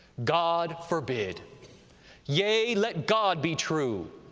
god forbid yea, let god be true,